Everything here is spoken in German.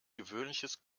gewöhnliches